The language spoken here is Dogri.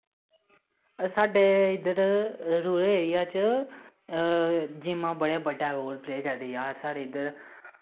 साढे इद्दर रुरल एरिया च जिम्म बड़ा बड्डा रोल प्ले करदी यार साढ़े इध्दर